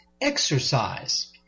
exercise